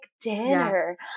dinner